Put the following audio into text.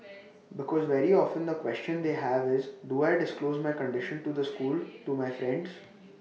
because very often the question they have is do I disclose my condition to the school to my friends